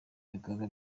ibikorwa